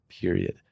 period